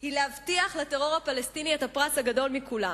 היא להבטיח לטרור הפלסטיני את הפרס הגדול מכולם,